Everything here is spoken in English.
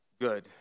good